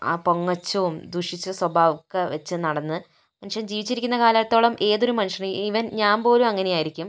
ആ പൊങ്ങച്ചവും ദുഷിച്ച സ്വഭാവം ഒക്കെ വച്ച് നടന്ന് മനുഷ്യൻ ജീവിച്ചിരിക്കുന്ന കാലത്തോളം ഏതൊരു മനുഷ്യനും ഈവെൻ ഞാൻ പോലും അങ്ങനെയായിരിക്കും